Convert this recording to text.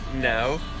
No